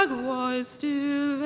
like was still